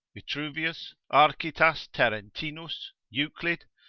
vitruvius, architas tarentinus, euclid,